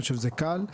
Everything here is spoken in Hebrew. זה קל,